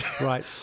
Right